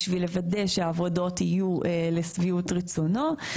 בשביל לוודא שהעבודות יהיו לשביעות רצונו.